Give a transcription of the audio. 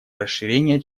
расширения